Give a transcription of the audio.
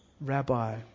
Rabbi